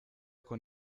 con